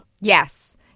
Yes